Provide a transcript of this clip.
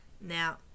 Now